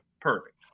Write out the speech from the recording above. perfect